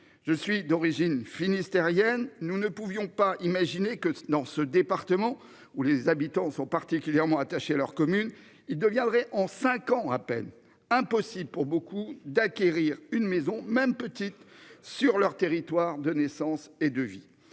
Je suis d'origine finistérienne, nous ne pouvions pas imaginer que dans ce département où les habitants sont particulièrement attachés à leur commune. Il deviendrait en 5 ans à peine, impossible pour beaucoup d'acquérir une maison même petite sur leur territoire de naissance et de vie